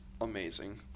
amazing